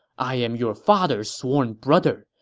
i am your father's sworn brother.